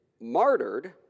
martyred